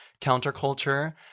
counterculture